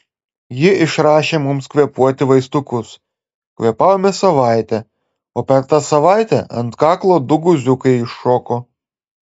ji išrašė mums kvėpuoti vaistukus kvėpavome savaitę o per tą savaitę ant kaklo du guziukai iššoko